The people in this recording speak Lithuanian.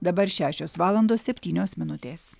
dabar šešios valandos septynios minutės